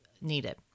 needed